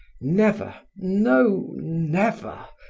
never, no, never,